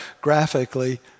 graphically